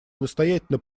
настоятельно